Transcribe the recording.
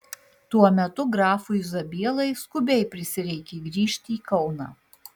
tuo metu grafui zabielai skubiai prisireikė grįžti į kauną